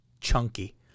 Chunky